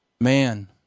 man